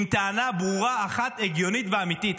עם טענה ברורה אחת, הגיונית ואמיתית.